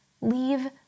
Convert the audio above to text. leave